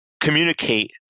communicate